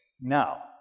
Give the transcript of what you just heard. Now